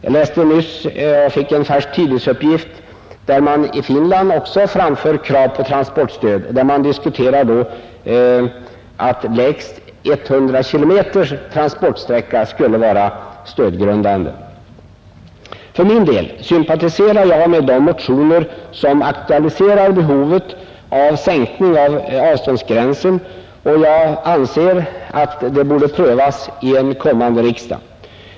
Enligt en färsk tidningsuppgift framföres krav på transportstöd även i Finland och att det borde utgå från lägst 100 km transportsträcka. För min del sympatiserar jag med de motioner som aktualiserar behovet av en sänkning av avståndsgränsen och anser att detta borde prövas av en kommande riksdag.